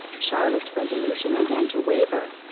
charlotte's resolution began to waver,